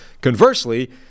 Conversely